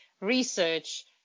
research